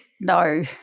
No